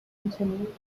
continued